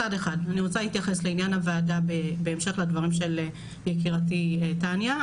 אני רוצה להתייחס לעניין הוועדה בהמשך לדברים של יקירתי תניה.